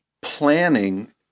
planning